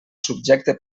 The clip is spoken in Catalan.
subjecte